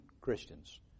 Christians